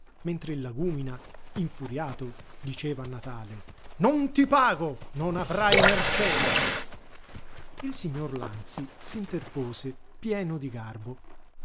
mentre il lagúmina infuriato diceva a natale non ti pago non avrai mercede il signor lanzi s'interpose pieno di garbo